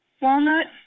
Walnut